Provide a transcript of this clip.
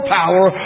power